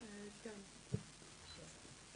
שלום וברכה,